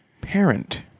Parent